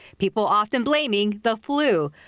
people often blaming the flu.